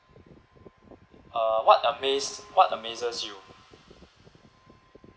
uh what amazed what amazes you